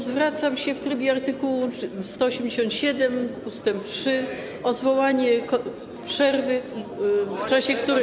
Zwracam się w trybie art. 187 ust. 3 o zwołanie przerwy, w czasie której.